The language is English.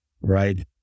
Right